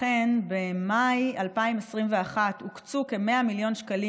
אכן במאי 2021 הוקצו כ-100 מיליון שקלים